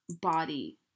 body